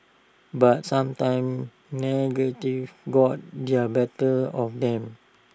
but sometimes negative got their better of them